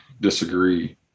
disagree